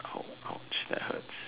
oh !ouch! that hurts